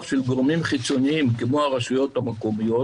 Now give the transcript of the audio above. של גורמים חיצוניים כמו הרשויות המקומיות,